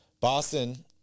Boston –